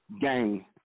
gang